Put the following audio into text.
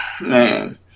man